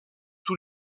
tous